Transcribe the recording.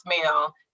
smell